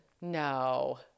No